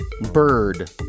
Bird